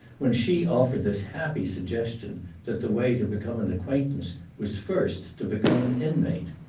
when she offered this happy suggestion that the way to become an acquaintance was first to become an inmate.